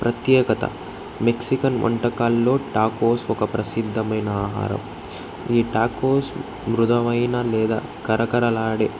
ప్రత్యేకత మెక్సికన్ వంటకాల్లో టాకోస్ ఒక ప్రసిద్ధమైన ఆహారం ఈ టాకోస్ మృదమైన లేదా కరకరలాడే